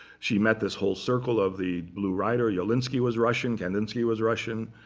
she met this whole circle of the blue rider. jawlensky was russian. kandinsky was russian.